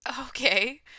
Okay